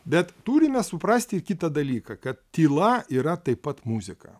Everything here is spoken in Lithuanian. bet turime suprasti ir kitą dalyką kad tyla yra taip pat muzika